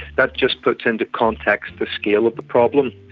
that just puts into context the scale of the problem.